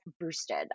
boosted